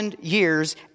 years